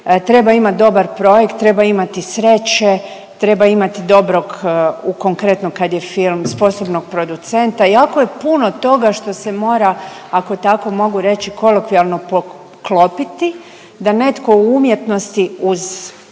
treba imat dobar projekt, treba imati sreće, treba imati dobrog u konkretno kad je film sposobnog producenta. Jako je puno toga što se mora ako tako mogu reći kolokvijalno poklopiti da netko u umjetnosti uz